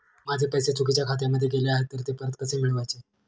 माझे पैसे चुकीच्या खात्यामध्ये गेले आहेत तर ते परत कसे मिळवायचे?